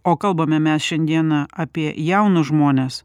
o kalbame mes šiandieną apie jaunus žmones